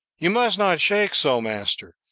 you must not shake so, master.